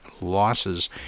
losses